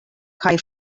kaj